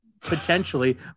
potentially